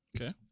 Okay